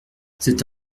c’est